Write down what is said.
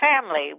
family